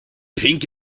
pink